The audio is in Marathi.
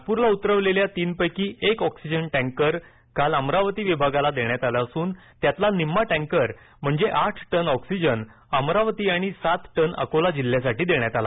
नागपूरला उतरवलेल्या तीनपैकी एक ऑक्सिजन टॅकर काल अमरावती विभागाला देण्यात आला असून यातील निम्म्या टँकर म्हणजे आठ टन ऑक्सिजन अमरावती आणि सात टन अकोला जिल्ह्यासाठी देण्यात आला